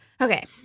Okay